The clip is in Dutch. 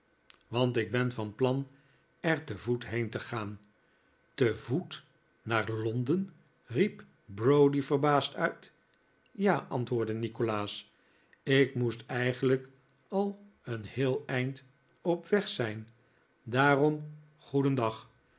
want ik ben van plan er te voet heen te gaan te voet naar londen riep browdie verbaasd uit ja antwoordde nikolaas ik moest eigenlijk al een heel eind op weg zijn daarom goedendag